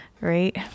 Right